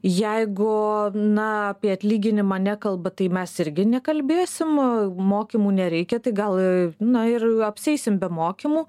jeigu na apie atlyginimą nekalba tai mes irgi nekalbėsim mokymų nereikia tai gal na ir apsieisim be mokymų